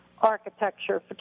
architecture